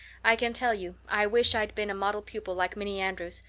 i can tell you i wished i'd been a model pupil like minnie andrews.